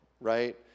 right